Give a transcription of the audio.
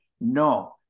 No